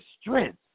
strength